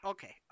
Okay